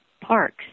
parks